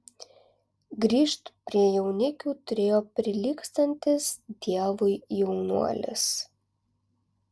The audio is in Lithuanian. grįžt prie jaunikių turėjo prilygstantis dievui jaunuolis